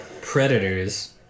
predators